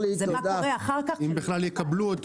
זה מה קורה אחר כך --- אם בכלל יקבלו אותו